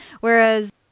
whereas